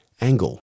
Angle